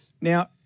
now